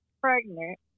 pregnant